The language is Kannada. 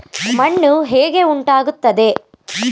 ಮಣ್ಣು ಹೇಗೆ ಉಂಟಾಗುತ್ತದೆ?